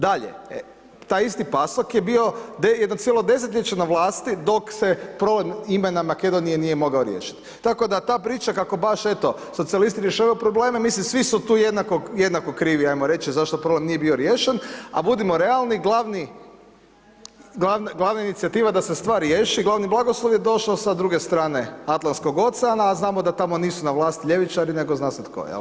Dalje, taj isti PASOK je bio jedno cijelo desetljeće na vlasti dok se … [[Govornik se ne razumije]] imena Makedonije nije mogao riješiti, tako da ta priča kako baš eto socijalisti rješavaju probleme, mislim svi su tu jednako krivi ajmo reći zašto problem nije bio riješen, a budimo realni, glavna inicijativa da se stvar riješi, glavni blagoslov je došao sa druge strane Atlantskog oceana, a znamo da tamo nisu na vlasti ljevičari, nego zna se tko, jel, hvala.